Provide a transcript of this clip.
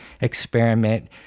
experiment